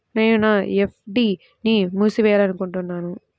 నేను నా ఎఫ్.డీ ని మూసివేయాలనుకుంటున్నాను